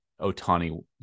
otani